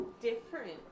different